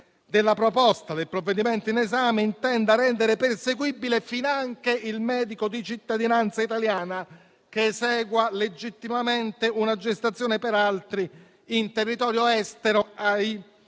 che la *ratio* del provvedimento in esame intenda rendere perseguibile finanche il medico di cittadinanza italiana che esegua legittimamente una gestazione per altri in territorio estero, ai